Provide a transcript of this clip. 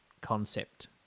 concept